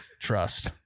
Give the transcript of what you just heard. Trust